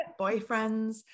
boyfriends